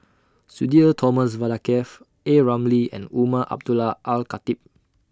Sudhir Thomas Vadaketh A Ramli and Umar Abdullah Al Khatib